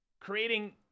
Creating